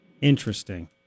interesting